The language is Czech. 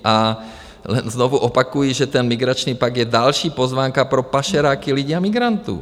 A jen znovu opakuji, že ten migrační pakt je další pozvánka pro pašeráky lidí a migrantů.